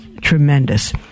tremendous